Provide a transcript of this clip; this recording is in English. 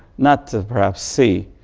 not to perhaps see,